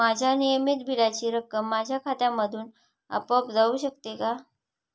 माझ्या नियमित बिलाची रक्कम माझ्या खात्यामधून आपोआप जाऊ शकते का?